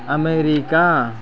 America